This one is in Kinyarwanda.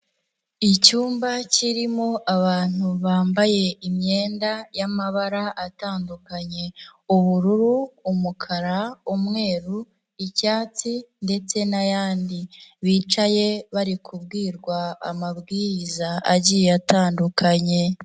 Icyumba kirimo abantu bambaye imyenda y'amabara atandukanye ubururu, umukara, umweru, icyatsi ndetse n'ayandi, bicaye bari kubwirwa amabwiriza agiye atandukanye.